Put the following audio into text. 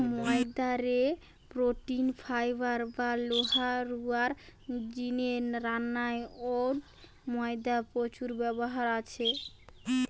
ময়দা রে protein, fibre বা লোহা রুয়ার জিনে রান্নায় অউ ময়দার প্রচুর ব্যবহার আছে